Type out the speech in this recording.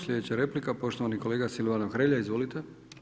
Sljedeća replika poštovani kolega Silvano Hrelja, izvolite.